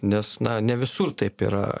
nes na ne visur taip yra